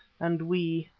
and we,